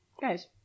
Guys